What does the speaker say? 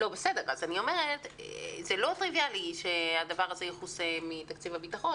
לא טריוויאלי שהדבר הזה יכוסה מתקציב הביטחון.